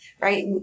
right